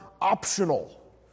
optional